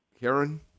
Karen